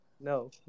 no